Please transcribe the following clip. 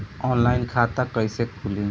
Online खाता कईसे खुलि?